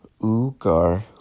Ugar